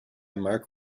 mark